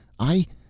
i